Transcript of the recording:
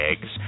eggs